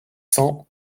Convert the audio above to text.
cents